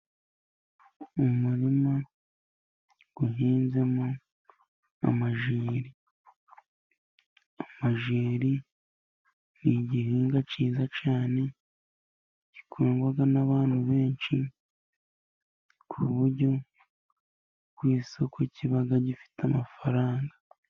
Mu muririma uhinzemo amajyeri. Amajyeri ni igihingwa cyiza cyane gikundwa n'abantu benshi, ku buryo ku isoko kiba gifite amafaranga.